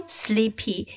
sleepy